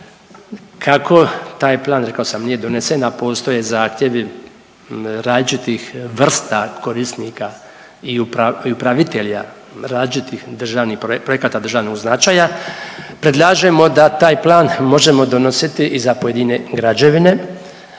Kako taj plan rekao sam nije donesen, a postoje zahtjevi različitih vrsta korisnika i upravitelja različitih državnih projekata, projekata od državnog značaja predlažemo da taj plan možemo donositi i za pojedine građevine